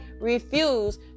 refuse